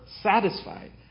satisfied